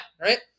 right